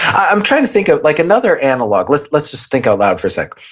i'm trying to think of like another analog. let's let's just think out loud for a second.